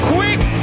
Quick